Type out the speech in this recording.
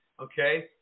okay